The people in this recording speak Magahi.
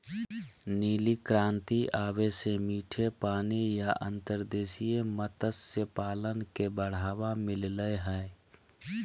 नीली क्रांति आवे से मीठे पानी या अंतर्देशीय मत्स्य पालन के बढ़ावा मिल लय हय